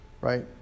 right